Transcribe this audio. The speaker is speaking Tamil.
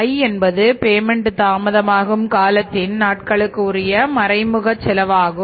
I என்பது பேமெண்ட் தாமதமாகும் காலத்தின் நாட்களுக்கு உரிய மறைமுக செலவாகும்